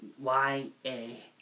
Y-A